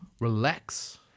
Relax